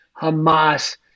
Hamas